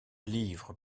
livres